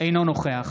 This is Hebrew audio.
אינו נוכח